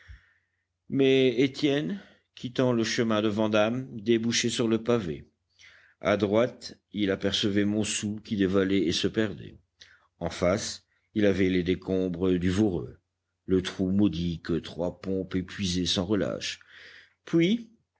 mais étienne quittant le chemin de vandame débouchait sur le pavé a droite il apercevait montsou qui dévalait et se perdait en face il avait les décombres du voreux le trou maudit que trois pompes épuisaient sans relâche puis